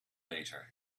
later